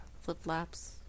flip-flops